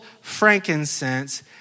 frankincense